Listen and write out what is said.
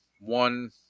one